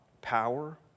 power